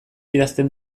idazten